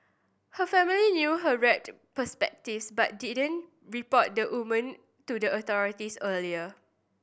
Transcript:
her family knew her warped perspectives but didn't report the woman to the authorities earlier